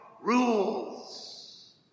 rules